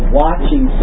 watching